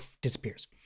Disappears